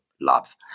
love